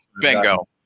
bingo